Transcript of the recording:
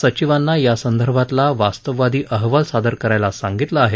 सचिवांना यासंदर्भातला वास्तववादी अहवाल सादर करायला सांगितलं आहे